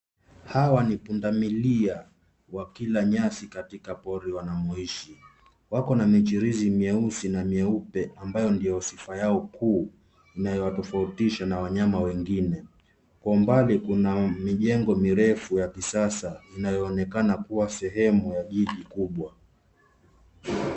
Hawa ni punda milia wakila nyasi katika pori wanamoishi. Wako na michirizi mieusi na mieupe ambayo ndiyo sifa yao kuu inayowatofautisha na wanyama wengine. Kwa umbali kuna mijengo mirefu ya kisasa inayoonekana kuwa sehemu ya jiji kubwa.